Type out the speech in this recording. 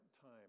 time